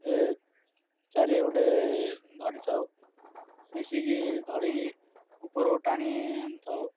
ଚାରି ଗୋଟେ ଧରିଥାଉ ମିଶିକି ଧରିକି ଉପରକୁ ଟାଣି ଆଣିଥାଉ